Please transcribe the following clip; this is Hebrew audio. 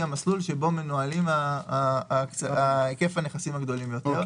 המסלול שבו מנוהלים היקף הנכסים הגדול ביותר.